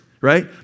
right